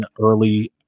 early